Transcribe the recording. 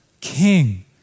King